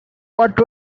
what